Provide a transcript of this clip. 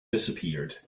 disappeared